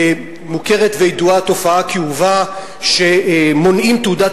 מוכרת וידועה התופעה הכאובה שמונעים תעודת